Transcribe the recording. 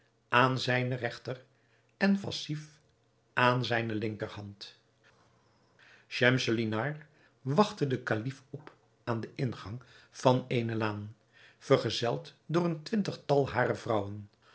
aan zijne regteren vassief aan zijne linkerhand schemselnihar wachtte den kalif op aan den ingang van eene laan vergezeld door een twintigtal harer vrouwen